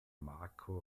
marco